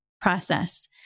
process